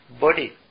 body